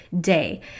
day